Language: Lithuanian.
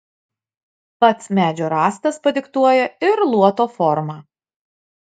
pats medžio rąstas padiktuoja ir luoto formą